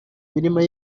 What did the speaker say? mirima